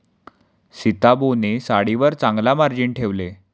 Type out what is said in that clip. सीताबोने साडीवर चांगला मार्जिन ठेवले